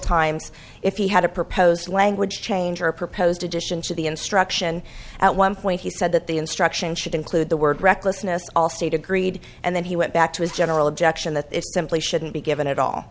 times if he had a proposed language change or a proposed addition to the instruction at one point he said that the instruction should include the word recklessness all state agreed and then he went back to his general action that it simply shouldn't be given at all